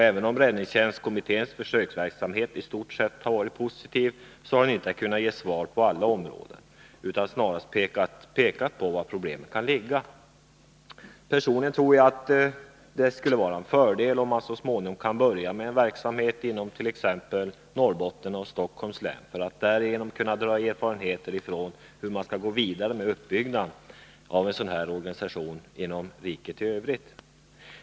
Även om räddningstjänstkommitténs försöksverksamhet i stort sett har varit positiv, har den inte kunnat ge svar på alla områden utan snarast pekat på var problemen kan ligga. Personligen tror jag att det skulle vara en fördel om man så småningom kan börja med en verksamhet inom t.ex. Norrbotten och Stockholms län för att därigenom kunna vinna erfarenheter för uppbyggandet av en sådan organisation inom riket i övrigt.